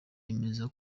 yemeza